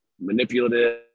manipulative